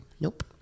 nope